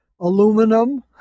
aluminum